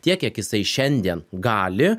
tiek kiek jisai šiandien gali